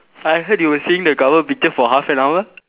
I heard you were saying the cover picture for half an hour